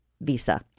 visa